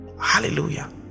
Hallelujah